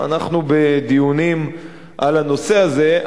אנחנו בדיונים על הנושא הזה,